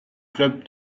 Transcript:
club